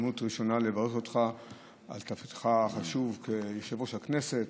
הזדמנות ראשונה לברך אותך על תפקידך החשוב כיושב-ראש הכנסת.